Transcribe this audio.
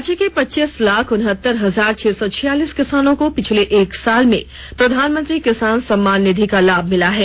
राज्य के पच्चीस लाख उनहत्तर हजार छह सौ छियालीस किसानों को पिछले एक साल में प्रधानमंत्री किसान सम्मान निधि का लाभ मिला है